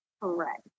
Correct